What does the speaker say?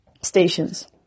stations